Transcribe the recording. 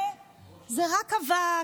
ו"זה רק אבק",